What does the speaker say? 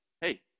hey